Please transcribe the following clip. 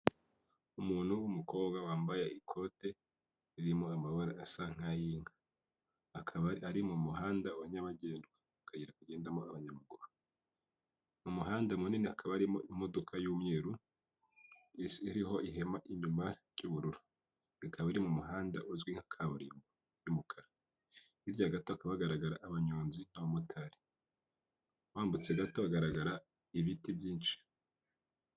Umuntu w'umukobwa wambaye ikote ririmo amabara asa nkay'inka akaba ari mu muhanda wa nyabagendwa akayi kugendamo abanyamaguru. Mu muhanda munini hakaba harimo imodoka y'umweru iriho ihema inyuma ry'ubururu ikaba iri mu muhanda uzwi nka kaburimbo y'umukara. Hirya gato hakaba garagara abanyonzi, abamotari wambutse gato hagaragara ibiti byinshi.